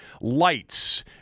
lights